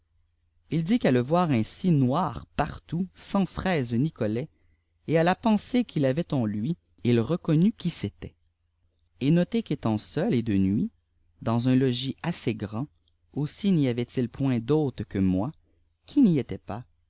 il dit qu'à le voir ainsi noir partout sans fraise ni collet et à la pensée qu'il avait en lui il reconnut qui c'était et notez qu'étant seul et de nuit dans un logis assez grand aussi n'y avait-il point d'hdte que moi qui n'y étais pas